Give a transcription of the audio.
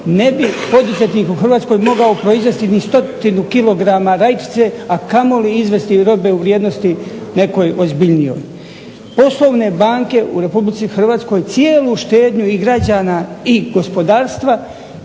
ne bi poduzetnik u Hrvatskoj mogao proizvesti ni stotinu kilograma rajčice, a kamoli izvesti robe u vrijednosti nekoj ozbiljnijoj. Poslovne banke u Republici Hrvatskoj cijelu štednju i građana i gospodarstva